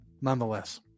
nonetheless